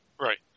Right